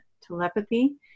telepathy